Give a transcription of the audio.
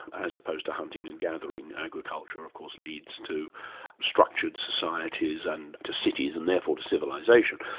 as opposed to hunting and gathering, agriculture course leads to structured societies and to cities and therefore to civilisation,